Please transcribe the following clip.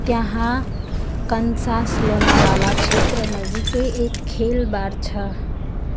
त्यहाँ कन्सास लोनावाला क्षेत्रनजिकै एक खेल बार छ